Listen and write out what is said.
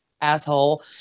Asshole